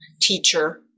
teacher